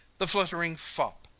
the fluttering fop,